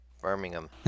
Birmingham